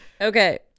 Okay